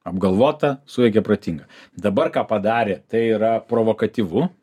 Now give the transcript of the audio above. apgalvota suveikė protinga dabar ką padarė tai yra provokatyvu